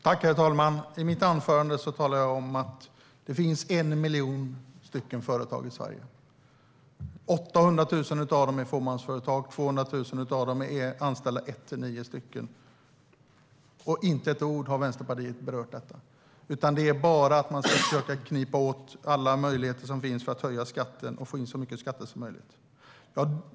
Herr talman! I mitt anförande talade jag om att det finns 1 miljon företag i Sverige. 800 000 av dem är fåmansföretag, och 200 000 av dem har mellan en och nio anställda. Inte med ett ord har Vänsterpartiet berört detta. Det handlar bara om att man ska försöka knipa åt alla möjligheter som finns för att höja skatten och få in så mycket skatter som möjligt.